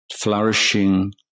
flourishing